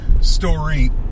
story